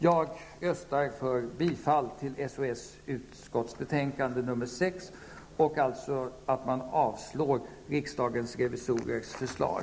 Jag yrkar bifall till utskottets hemställan i socialutskottets betänkande nr 6 och avslag på riksdagens revisorers förslag.